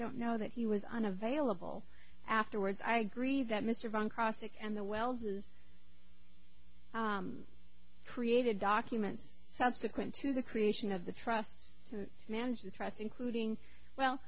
don't know that he was unavailable afterwards i agree that mr von krasik and the wells's created documents subsequent to the creation of the trust to manage the trust including well